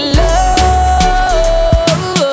love